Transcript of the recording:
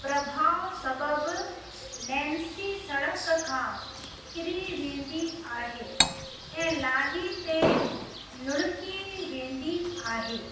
प्रभाउ सबबि नैन्सी सड़क खां किरी वेंदी आहे ऐं लाही ते लुढ़की वेंदी आहे